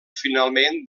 finalment